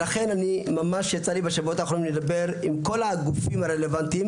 לכן ממש יצא לי בשבועות האחרונים לדבר עם כל הגופים הרלוונטיים,